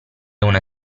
una